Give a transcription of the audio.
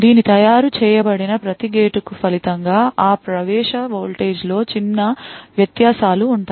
దీని తయారు చేయబడిన ప్రతి గేటుకు ఫలితంగా ఆ ప్రవేశ వోల్టేజ్లో చిన్న వ్యత్యాసాలు ఉంటాయి